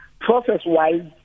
process-wise